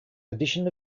addition